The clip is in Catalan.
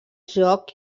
joc